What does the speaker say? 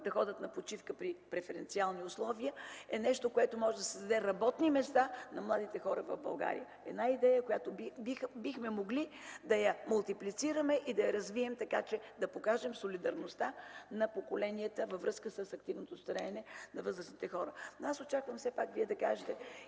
да ходят на почивка при преференциални условия е нещо, което може да създаде работни места на младите хора в България – идея, която бихме могли да мултиплицираме и да я развием така, че да покажем солидарността на поколенията във връзка с активното стареене на възрастните хора. Аз очаквам, все пак, Вие да кажете